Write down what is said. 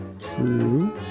True